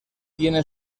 tiene